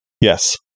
Yes